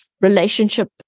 relationship